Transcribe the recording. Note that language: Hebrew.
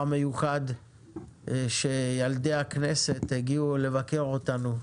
מיוחד שילדי הכנסת התחילו לבקר אותנו,